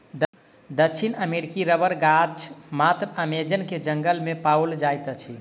दक्षिण अमेरिकी रबड़क गाछ मात्र अमेज़न के जंगल में पाओल जाइत अछि